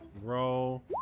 roll